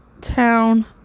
town